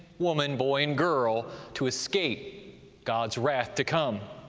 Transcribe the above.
woman, boy and girl to escape god's wrath to come.